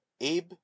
Abe